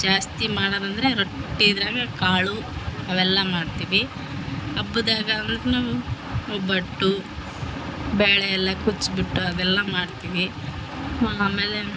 ಜಾಸ್ತಿ ಮಾಡೋದಂದರೆ ರೊಟ್ಟಿದಾಗ ಕಾಳು ಅವೆಲ್ಲ ಮಾಡ್ತೀವಿ ಹಬ್ದಾಗ ಅಂದ್ರೆ ನಾವು ಒಬ್ಬಟ್ಟು ಬ್ಯಾಳೆ ಎಲ್ಲ ಕುಚ್ಬಿಟ್ಟು ಅದೆಲ್ಲ ಮಾಡ್ತೀವಿ ಆಮೇಲೆ